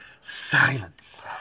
silence